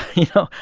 you know,